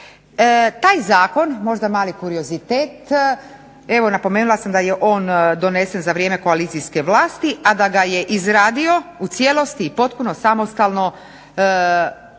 Taj zakon, možda mali kuriozitet, evo napomenula sam da je on donesen za vrijeme koalicijske vlasti, a da ga je izradio u cijelosti i potpuno samostalno tadašnji